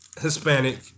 Hispanic